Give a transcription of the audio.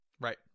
Right